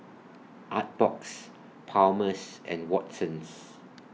Artbox Palmer's and Watsons